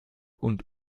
und